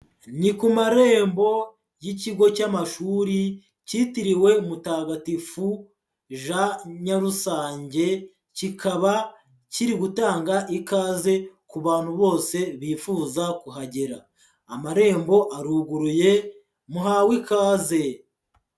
Ni ku marembo y'ikigo cy'amashuri cyitiriwe Mutagatifu Jean Nyarusange, kikaba kiri gutanga ikaze ku bantu bose bifuza kuhagera. Amarembo aruguruye, muhawe ikaze.